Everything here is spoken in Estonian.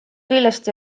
küljest